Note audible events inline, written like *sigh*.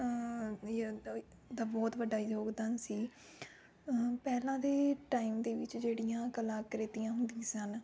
*unintelligible* ਦਾ ਬਹੁਤ ਵੱਡਾ ਯੋਗਦਾਨ ਸੀ ਪਹਿਲਾਂ ਦੇ ਟਾਇਮ ਦੇ ਵਿੱਚ ਜਿਹੜੀਆਂ ਕਲਾ ਕ੍ਰਿਤੀਆਂ ਹੁੰਦੀਆਂ ਸਨ